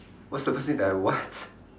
what's the first thing that I what